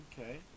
Okay